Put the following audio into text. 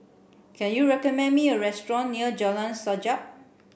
can you recommend me a restaurant near Jalan Sajak